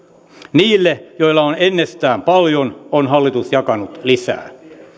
niille joilla on ennestään paljon on hallitus jakanut lisää